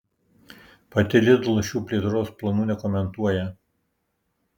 pati lidl šių plėtros planų nekomentuoja